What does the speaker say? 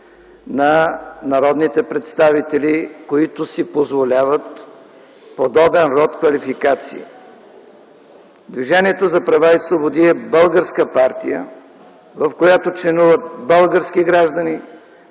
на народните представители, които си позволяват подобен род квалификации. Движението за права и свободи е българска партия, в която членуват български граждани,